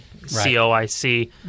COIC